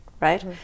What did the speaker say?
right